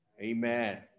amen